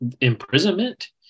imprisonment